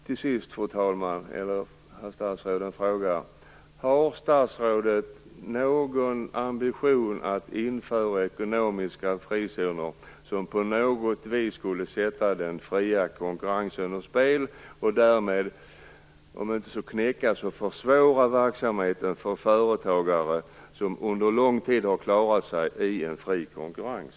Till sist vill jag ställa en fråga. Har statsrådet någon ambition att införa ekonomiska frizoner som på något vis skulle sätta den fria konkurrensen ur spel, och därmed om inte knäcka så försvåra verksamheten för företagare som under lång tid har klarat sig i en fri konkurrens?